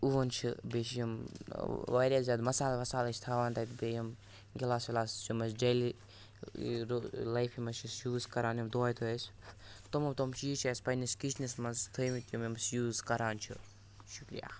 اوٚوَن چھُ بیٚیہِ چھِ یِم واریاہ زیادٕ مَصالہٕ وَصالہٕ چھِ تھاوان تَتہِ بیٚیہِ یِم گِلاس وِلاس یِم اَسہِ ڈیلی لایِٔفہِ منٛز چھِ أسۍ یوٗز کَران دۄہَے دۅہَے أسۍ تِمو تِم چیٖز چھِ اَسہِ پَنٕنِس کِچنَس منٛز تھٲومٕتۍ یِم أسۍ یوٗز کَران چھِ شُکرِیا